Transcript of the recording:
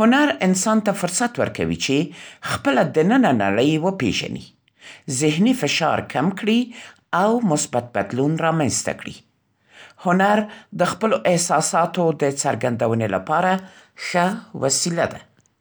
هنر انسان ته فرصت ورکوي چې خپله دننه نړۍ وپېژني، ذهني فشار کم کړي او مثبت بدلون رامنځته کړي. هنر د خپلو احساساتو د څرګندونې لپاره ښه وسیله ده!